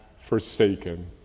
forsaken